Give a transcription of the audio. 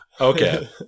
okay